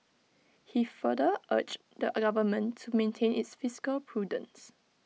he further urged the government to maintain its fiscal prudence